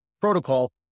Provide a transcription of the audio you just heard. protocol